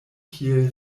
kiel